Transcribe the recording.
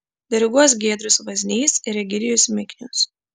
diriguos giedrius vaznys ir egidijus miknius